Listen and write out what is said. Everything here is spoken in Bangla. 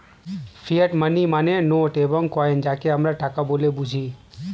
ফিয়াট মানি মানে নোট এবং কয়েন যাকে আমরা টাকা বলে বুঝি